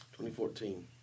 2014